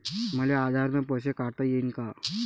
मले आधार न पैसे काढता येईन का?